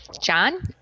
John